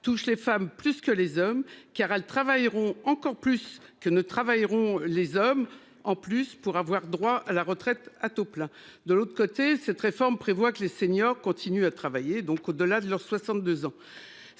touche les femmes plus que les hommes car elles travailleront encore plus que ne travailleront les hommes en plus pour avoir droit à la retraite à taux plein. De l'autre côté, cette réforme prévoit que les seniors continuent à travailler, donc de la de leur 62 ans